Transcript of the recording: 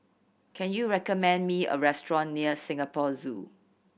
can you recommend me a restaurant near Singapore Zoo